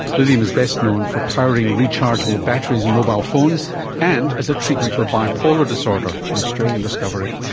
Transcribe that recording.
lithium is best known for powering rechargeable batteries in mobile phones and as a treatment for bipolar disorder, an australian discovery.